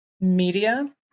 media